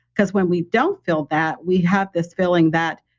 because when we don't feel that, we have this feeling that,